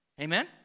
Amen